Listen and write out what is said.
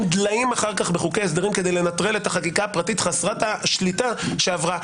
דליים אחר כך בחוקי הסדרים כדי לנטרל את החקיקה הפרטית חסרת השליטה שעברה.